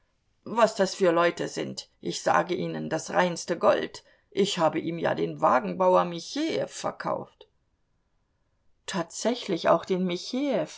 was das für leute sind ich sage ihnen das reinste gold ich habe ihm ja den wagenbauer michejew verkauft tatsächlich auch den michejew